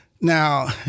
Now